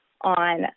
on